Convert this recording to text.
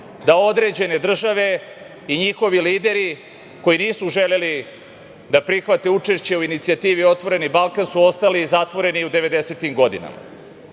da određene države i njihovi lideri, koji nisu želeli da prihvate učešće u inicijativi "Otvoreni Balkan" su ostali zatvoreni u 90-im godinama,